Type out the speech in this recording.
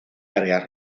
áreas